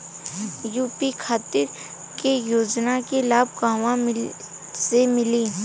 UP खातिर के योजना के लाभ कहवा से मिली?